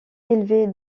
élevée